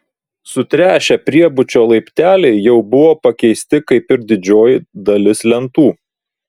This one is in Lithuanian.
sutręšę priebučio laipteliai jau buvo pakeisti kaip ir didžioji dalis lentų